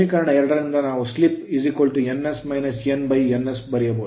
ಸಮೀಕರಣ 2 ರಿಂದ ನಾವು ಸ್ಲಿಪ್ ns ಬರೆಯಬಹುದು